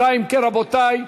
אם כן, רבותי,